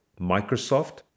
Microsoft